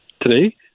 today